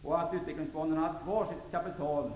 Det har under dessa tider varit bra att utvecklingsfonderna haft kvar sitt kapital.